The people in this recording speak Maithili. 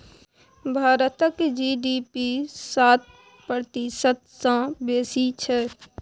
भारतक जी.डी.पी सात प्रतिशत सँ बेसी छै